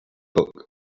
book